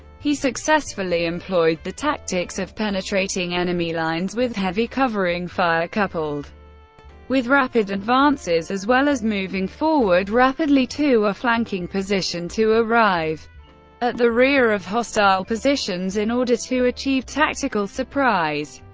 he successfully employed the tactics of penetrating enemy lines with heavy covering fire coupled with rapid advances, as well as moving forward rapidly to a flanking position to arrive at the rear of hostile positions, in order to achieve tactical surprise.